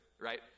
right